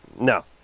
No